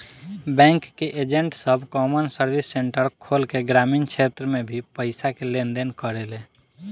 bank के agent सब common service centre खोल के ग्रामीण क्षेत्र में भी पईसा के लेन देन करेले